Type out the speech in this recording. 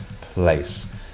place